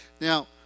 Now